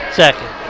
second